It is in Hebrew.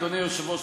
אדוני היושב-ראש,